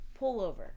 pullover